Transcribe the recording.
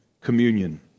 communion